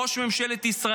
ראש ממשלת ישראל,